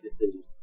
decisions